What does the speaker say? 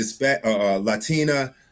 Latina